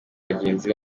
bagenzi